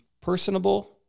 personable